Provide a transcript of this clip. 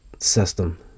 system